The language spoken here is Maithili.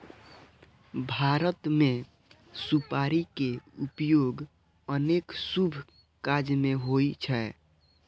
भारत मे सुपारी के उपयोग अनेक शुभ काज मे होइ छै